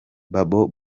bobo